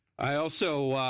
i also